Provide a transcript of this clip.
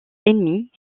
ennemis